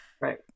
Right